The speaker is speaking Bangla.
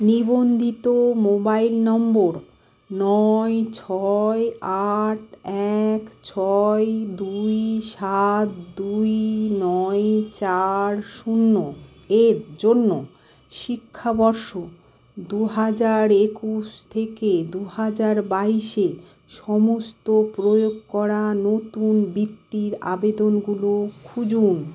নিবন্ধিত মোবাইল নম্বর নয় ছয় আট এক ছয় দুই সাত দুই নয় চার শূন্য এর জন্য শিক্ষাবর্ষ দু হাজার একুশ থেকে দু হাজার বাইশে সমস্ত প্রয়োগ করা নতুন বৃত্তির আবেদনগুলো খুঁজুন